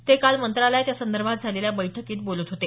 ते काल मंत्रालयात यासंदर्भात झालेल्या बैठकीत बोलत होते